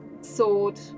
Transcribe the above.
sword